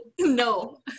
No